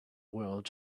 world